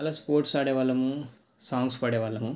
అలా స్పోర్ట్స్ ఆడేవాళ్ళము సాంగ్స్ పాడేవాళ్ళము